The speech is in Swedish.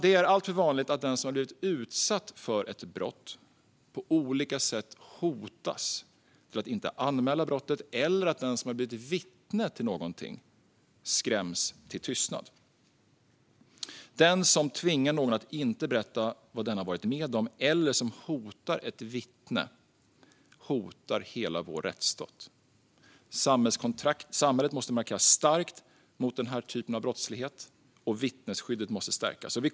Det är alltför vanligt att den som har blivit utsatt för ett brott på olika sätt hotas till att inte anmäla brottet eller att den som har blivit vittne till någonting skräms till tystnad. Den som tvingar någon att inte berätta vad den har varit med om, eller som hotar ett vittne, hotar hela vår rättsstat. Samhället måste markera starkt mot denna typ av brottslighet, och vittnesskyddet måste stärkas.